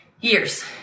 years